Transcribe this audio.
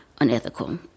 unethical